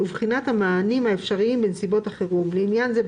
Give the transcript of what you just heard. ובחינת המענים האפשריים בנסיבות החירום; לעניין זה,